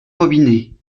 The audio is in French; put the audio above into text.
robinet